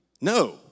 no